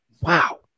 wow